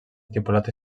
estipulat